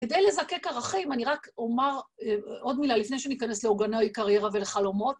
כדי לקק ערכים, אם אני רק אומר עוד מילה לפני שאני אכנס לעוגני קריירה ולחלומות.